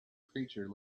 preacher